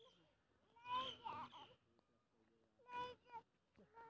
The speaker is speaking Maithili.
हमरा ई बतायल जाए जे सूर्य मुखी केय फसल केय भंडारण केय के रखला सं फायदा भ सकेय छल?